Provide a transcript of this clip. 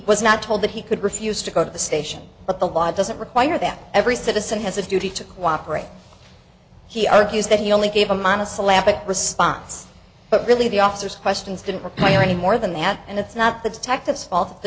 was not told that he could refuse to go to the station but the law doesn't require that every citizen has a duty to cooperate he argues that he only gave a monosyllabic response but really the officer's questions didn't require any more than that and it's not the detectives fault the